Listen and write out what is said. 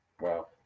Wow